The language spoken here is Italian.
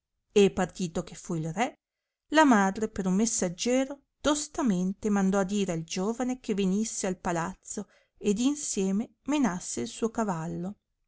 e partito che fu il re la madre per un messaggiero tostamente mandò a dire al giovane che venisse al palazzo ed insieme menasse il suo cavallo